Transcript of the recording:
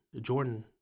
Jordan